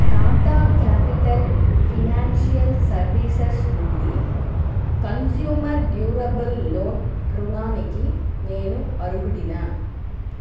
Tata Capital Financial Services నుండి consumer durable loan రుణానికి నేను అర్హుడినా